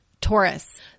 Taurus